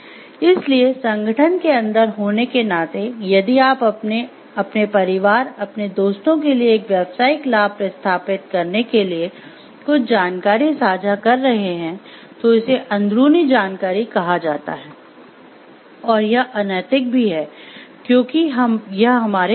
इसलिए संगठन के अंदर होने के नाते यदि आप अपने अपने परिवार अपने दोस्तों के लिए एक व्यावसायिक लाभ स्थापित करने के लिए कुछ जानकारी साझा कर रहे हैं तो इसे अंदरूनी जानकारी कहा जाता है और यह अनैतिक भी है क्योंकि यह हमारे पास है